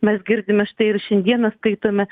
mes girdime štai ir šiandieną skaitome